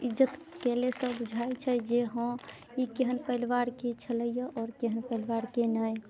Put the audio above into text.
इज्जत केलेसँ बूझाइ छै जे हँ ई केहन परिवारके छलैए आओर केहन परिवारके नहि